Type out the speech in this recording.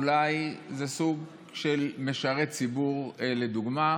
אולי זה סוג של משרת ציבור לדוגמה.